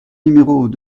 numéros